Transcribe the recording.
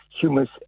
humus